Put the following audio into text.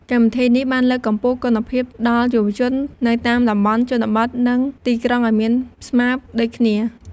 កម្មវិធីនេះបានលើកកម្ពស់គុណភាពដល់យុវជននៅតាមតំបន់ជនបទនិងទីក្រុងឲ្យមានស្មើដូចគ្នា។